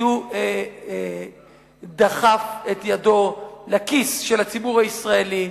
כי הוא דחף את ידו לכיס של הציבור הישראלי,